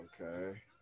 Okay